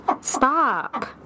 Stop